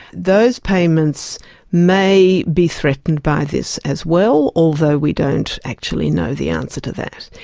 those payments may be threatened by this as well, although we don't actually know the answer to that.